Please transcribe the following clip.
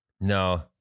No